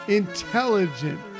intelligent